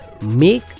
make